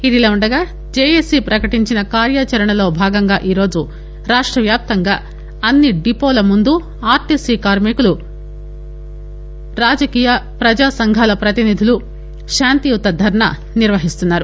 ఇదిలా ఉండగా జేఏసీ పకటించిన కార్యాచరణలో భాగంగా ఈ రోజు రాష్టవ్యాప్తంగా అన్ని డిపోల ముందు ఆర్టీసీ కార్మికులు రాజకీయ పజా సంఘాల పతినిధులు శాంతియుత ధర్నా నిర్వహిస్తున్నారు